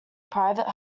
private